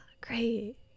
great